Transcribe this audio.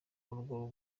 urwo